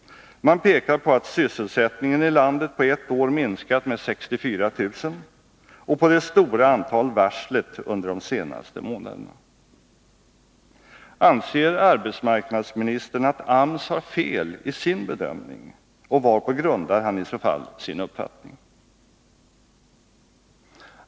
Man pekar på det förhållandet att sysselsättningen i landet på ett år minskat med 64 000 och på det stora antalet varsel under de senaste månaderna. Anser arbetsmarknadsministern att AMS har fel i sin bedömning, och varpå grundar han i så fall sin uppfattning?